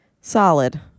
solid